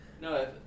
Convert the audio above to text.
No